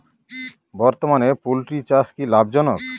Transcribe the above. বর্তমানে পোলট্রি চাষ কি লাভজনক?